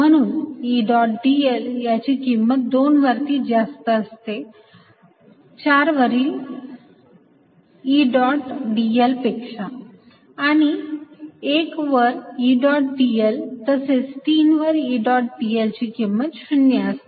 म्हणून E dot dl याची किंमत 2 वरती जास्त असते 4 वरील E डॉट dl पेक्षा आणि 1 वर E डॉट dl तसेच 3 वर E डॉट dl ची किंमत 0 असते